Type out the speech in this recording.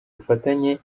bufatanye